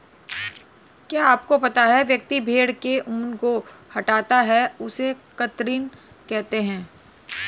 क्या आपको पता है व्यक्ति भेड़ के ऊन को हटाता है उसे कतरनी कहते है?